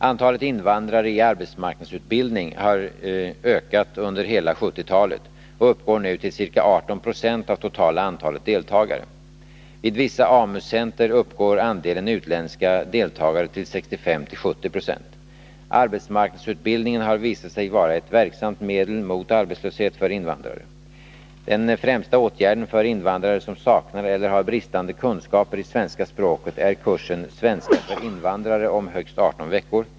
Antalet invandrare i arbetsmarknadsutbildning har ökat under hela 1970-talet och uppgår nu till ca 18 96 av det totala antalet deltagare. Vid vissa AMU-centrer uppgår andelen utländska deltagare till 65-70 96. Arbetsmarknadsutbildningen har visat sig vara ett verksamt medel mot arbetslöshet för invandrare. Den främsta åtgärden för invandrare som saknar eller har bristande kunskaper i svenska språket är kursen svenska för invandrare om högst 18 veckor.